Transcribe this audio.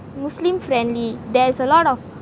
muslim friendly there's a lot of